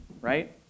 right